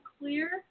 clear